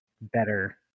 better